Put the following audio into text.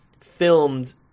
filmed